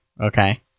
okay